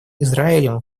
израилем